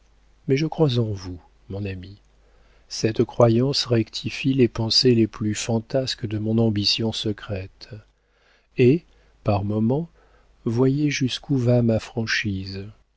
mais je crois en vous mon ami cette croyance rectifie les pensées les plus fantasques de mon ambition secrète et par moments voyez jusqu'où va ma franchise